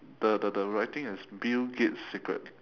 the the the writing is bill gates secret